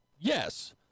Yes